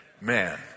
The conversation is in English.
Man